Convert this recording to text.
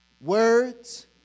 words